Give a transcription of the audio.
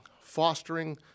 fostering